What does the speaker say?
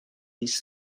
these